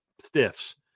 stiffs